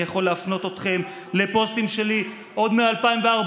אני יכול להפנות אתכם לפוסטים שלי עוד מ-2014,